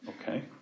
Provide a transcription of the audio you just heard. okay